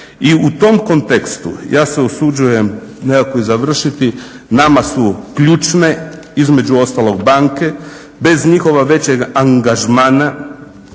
I u tom kontekstu ja se usuđujem nekako i završiti, nama su ključne, između ostalog banke, bez njihova većega angažmana